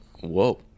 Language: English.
Whoa